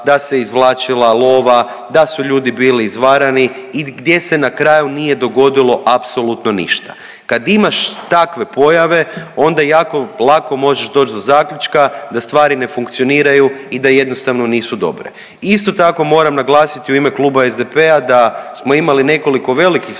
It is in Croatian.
da se izvlačila lova, da su ljudi bili izvarani i gdje se na kraju nije dogodilo apsolutno ništa. Kad imaš takve pojave onda jako lako možeš doći do zaključka da stvari ne funkcioniraju i da jednostavno nisu dobre. Isto tako moram naglasiti u ime kluba SDP-a da smo imali nekoliko velikih